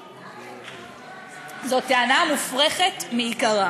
זאת טענה מופרכת מעיקרה.